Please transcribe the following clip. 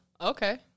okay